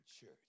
church